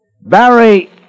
Barry